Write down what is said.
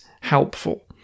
helpful